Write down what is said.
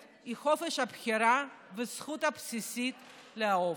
הוא חופש הבחירה והזכות הבסיסית לאהוב.